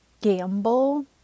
gamble